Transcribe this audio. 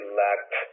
lacked